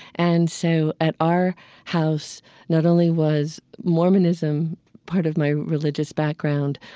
and so at our house not only was mormonism part of my religious background,